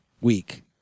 week